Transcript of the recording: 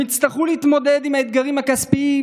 הם יצטרכו להתמודד עם האתגרים הכספיים,